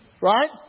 Right